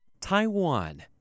Taiwan